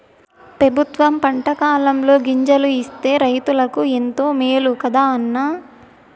పెబుత్వం పంటకాలంలో గింజలు ఇస్తే రైతులకు ఎంతో మేలు కదా అన్న